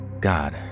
God